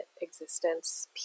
existence